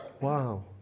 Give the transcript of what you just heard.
Wow